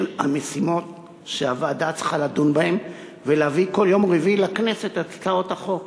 המשימות שהוועדה צריכה לדון בהן ולהביא כל יום רביעי לכנסת את הצעות החוק.